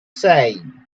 same